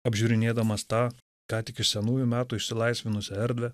apžiūrinėdamas tą ką tik iš senųjų metų išsilaisvinusią erdvę